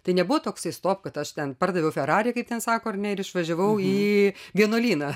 tai nebuvo toksai stop kad aš ten pardaviau ferari kaip ten sako ar ne ir išvažiavau į vienuolyną